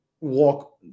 walk